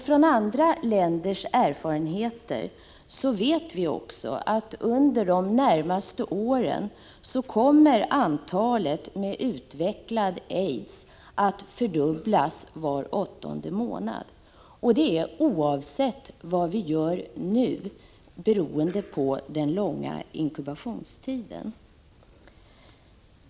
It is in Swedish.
Från andra länders erfarenheter vet vi också att antalet personer med utvecklad aids under de närmaste åren kommer att fördubblas var åttonde månad, oavsett vad vi nu gör, beroende på den långa inkubationstiden.